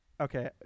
Okay